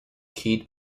keith